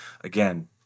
again